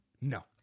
No